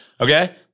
Okay